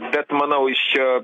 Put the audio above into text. bet manau jis čia